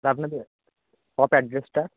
তা আপনাদের শপ অ্যাড্রেসটা